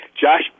Josh